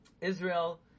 Israel